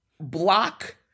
block